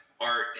art